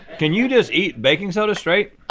can you just eat baking soda straight?